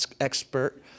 expert